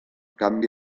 canvi